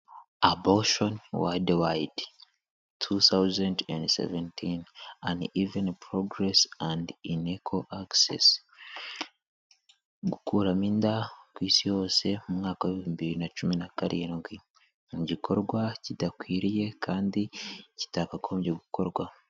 aboshoon wde white to seusenge unseventin an iv proglece and in inteca axis gukuramo inda ku isi yosese mu mwaka w biibihubiri na cumi nakarindwi mu gikorwa kidakwiriye kandi kitakagombye gukorwa